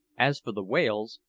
as for the whales,